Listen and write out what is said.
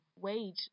wage